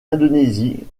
indonésie